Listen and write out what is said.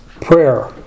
prayer